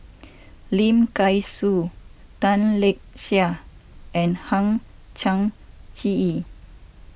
Lim Kay Siu Tan Lark Sye and Hang Chang Chieh